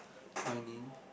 whining